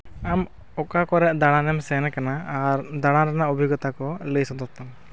ᱟᱢ ᱚᱠᱟ ᱠᱚᱨᱮ ᱫᱟᱬᱟᱱᱮᱢ ᱥᱮᱱ ᱟᱠᱟᱱᱟ ᱟᱨ ᱫᱟᱬᱟᱱ ᱨᱮᱱᱟᱜ ᱚᱵᱷᱤᱜᱽᱜᱚᱛᱟ ᱠᱚ ᱞᱟᱹᱭ ᱥᱚᱫᱚᱨ ᱛᱟᱢ